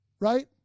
Right